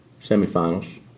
semifinals